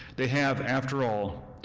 they have, after all,